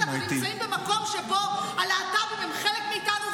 אנחנו נמצאים במקום שבו הלהט"ב הם חלק מאיתנו,